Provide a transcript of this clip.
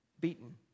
beaten